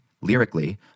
lyrically